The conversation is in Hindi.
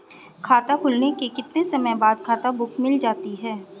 खाता खुलने के कितने समय बाद खाता बुक मिल जाती है?